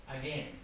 again